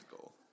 goal